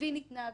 תכווין התנהגות.